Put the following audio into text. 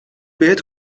بهت